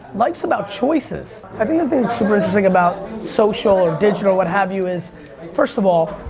life's about choices. i think the thing super interesting about social or digital what have you is first of all,